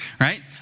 right